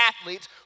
athletes